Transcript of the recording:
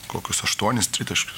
kokius aštuonis tritaškius